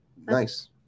Nice